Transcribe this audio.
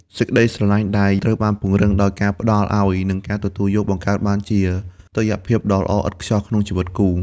សេចក្ដីស្រឡាញ់ដែលត្រូវបានពង្រឹងដោយការផ្ដល់ឱ្យ និងការទទួលយក បង្កើតបានជាតុល្យភាពដ៏ល្អឥតខ្ចោះក្នុងជីវិតគូ។